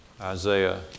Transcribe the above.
Isaiah